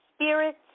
Spirits